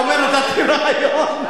אתה נתת לי רעיון.